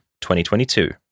2022